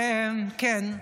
טוב,